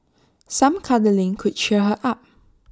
some cuddling could cheer her up